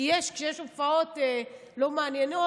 כי כשיש הופעות לא מעניינות,